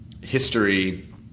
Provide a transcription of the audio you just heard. history